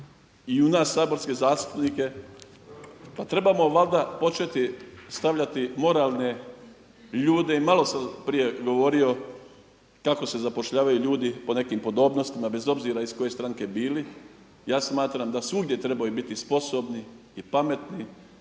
i u nas saborske zastupnike pa trebamo valjda početi stavljati moralne ljude i malo sam prije govorio kako se zapošljavaju ljudi po nekim podobnostima bez obzira iz koje stranke bili. Ja smatram da svugdje trebaju biti sposobni i pametni